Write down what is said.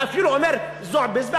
ואפילו אומר: "זועביז".